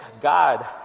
God